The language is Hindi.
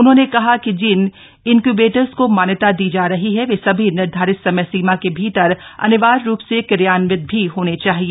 उन्होंने कहा कि जिन इक्यूबेटर्स को मान्यता दी जा रही है वे सभी निर्धारित समय सीमा के भीतर अनिवार्य रूप से क्रियान्वित भी हो जाने चाहिए